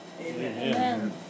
Amen